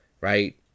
right